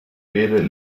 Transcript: per